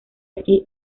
aquí